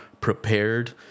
prepared